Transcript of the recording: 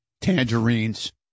Tangerines